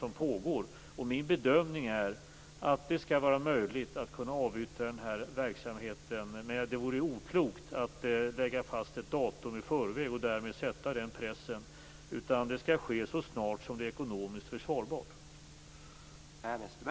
Min bedömning är att det skall vara möjligt att avyttra verksamheten. Men det vore oklokt att lägga fast ett datum i förväg och därmed sätta den pressen, utan det skall ske så snart som det är ekonomiskt försvarbart.